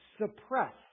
suppress